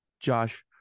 Josh